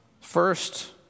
First